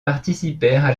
participèrent